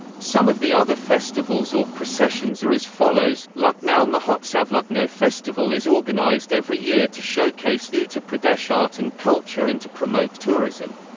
some of the other festivals or processions are as follows lucknow mahotsavlucknow festival is organised every year to showcase uttar pradesh art and culture and to promote tourism.